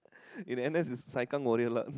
in N_S it's the saikang warrior lah